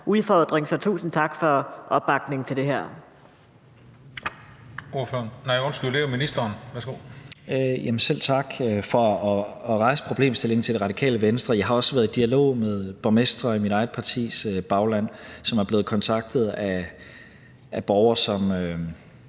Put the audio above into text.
udfordring. Så tusind tak for opbakningen til det her.